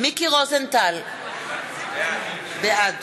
מיקי רוזנטל, בעד